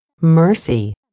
Mercy